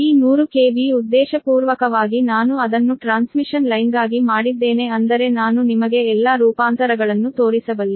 ಈ 100 KV ಉದ್ದೇಶಪೂರ್ವಕವಾಗಿ ನಾನು ಅದನ್ನು ಟ್ರಾನ್ಸ್ಮಿಷನ್ ಲೈನ್ಗಾಗಿ ಮಾಡಿದ್ದೇನೆ ಅಂದರೆ ನಾನು ನಿಮಗೆ ಎಲ್ಲಾ ರೂಪಾಂತರಗಳನ್ನು ತೋರಿಸಬಲ್ಲೆ